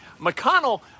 McConnell